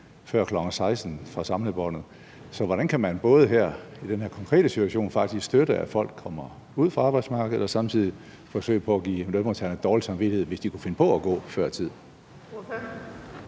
før kl. 16.00. Så hvordan kan man i den her konkrete situation både støtte, at folk forlader arbejdsmarkedet, og samtidig forsøge på at give lønmodtagerne dårlig samvittighed, hvis de kunne finde på at gå før tid?